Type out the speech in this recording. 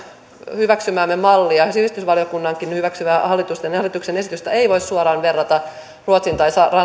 hyväksymäämme mallia sivistysvaliokunnankin hyväksymää hallituksen esitystä ei voi suoraan verrata ruotsin tai